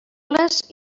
les